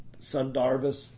Sundarvas